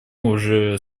уже